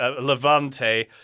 Levante